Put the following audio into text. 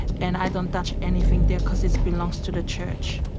and i don't touch anything there cause it belongs to the church.